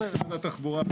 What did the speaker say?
משרד התחבורה.